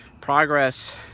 progress